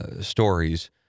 stories